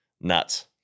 nuts